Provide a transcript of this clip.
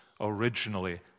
originally